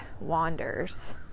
wanders